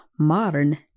modern